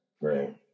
Right